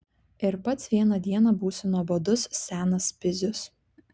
ir pats vieną dieną būsi nuobodus senas pizius